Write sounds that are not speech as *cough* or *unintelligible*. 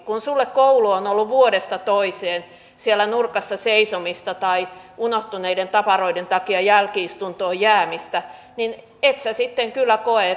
kun koulu on ollut vuodesta toiseen siellä nurkassa seisomista tai unohtuneiden tavaroiden takia jälki istuntoon jäämistä niin et sitten kyllä koe *unintelligible*